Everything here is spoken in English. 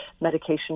medication